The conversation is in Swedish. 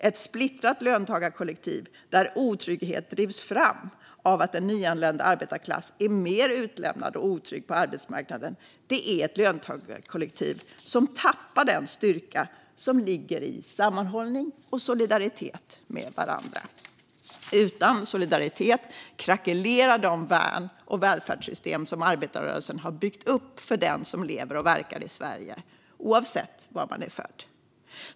Ett splittrat löntagarkollektiv där otrygghet drivs fram av att en nyanländ arbetarklass är mer utlämnad och otrygg på arbetsmarknaden är ett löntagarkollektiv som tappar den styrka som ligger i sammanhållning och solidaritet med varandra. Utan solidaritet krackelerar de värn och välfärdssystem som arbetarrörelsen har byggt upp för den som lever och verkar i Sverige, oavsett var man är född.